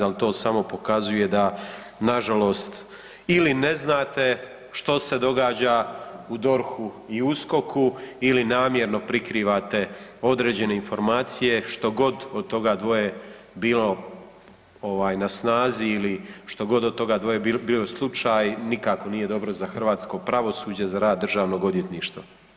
Ali to samo pokazuje da na žalost ili ne znate što se događa u DORH-u i USKOK-u ili namjerno prikrivate određene informacije što god od toga dvoje bilo na snazi ili što god od toga dvoje bio slučaj nikako nije dobro za hrvatsko pravosuđe, za rad Državnog odvjetništva.